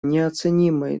неоценимой